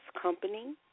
company